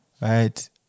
right